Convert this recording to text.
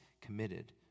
committed